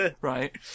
right